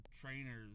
trainers